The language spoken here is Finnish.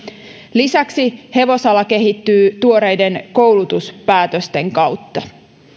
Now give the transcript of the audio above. lisäksi hevosala kehittyy tuoreiden koulutuspäätösten kautta